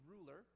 ruler